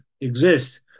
exist